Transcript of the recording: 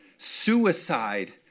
Suicide